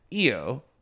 Io